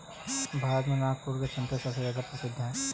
भारत में नागपुर के संतरे सबसे ज्यादा प्रसिद्ध हैं